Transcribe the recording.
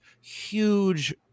huge